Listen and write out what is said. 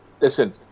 Listen